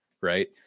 Right